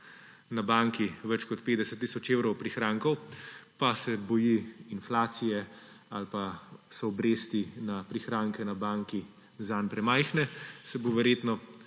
na banki več kot 50 tisoč evrov prihrankov pa se boji inflacije ali pa so obresti na prihranke na banki zanj premajhne, se bo verjetno